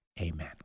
Amen